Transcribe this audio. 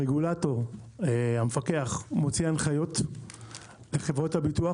הרגולטור, המפקח, הוא מוציא הנחיות לחברות הביטוח.